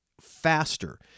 faster